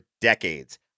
decades